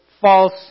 false